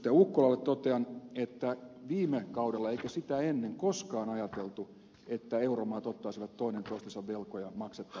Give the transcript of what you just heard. ukkolalle totean että ei viime kaudella eikä sitä ennen koskaan ajateltu että euromaat ottaisivat toinen toistensa velkoja maksettavakseen tai luotottaakseen